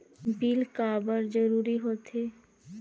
Bill काबर जरूरी होथे?